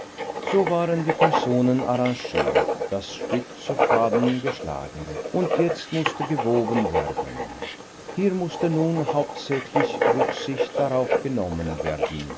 so waren die personen arrangiert das stück zu faden geschlagen und jetzt mußte gewoben werden hier mußte nun hauptsächlich rücksicht darauf genommen werden